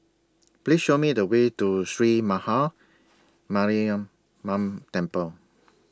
Please Show Me The Way to Sree Maha Mariamman Temple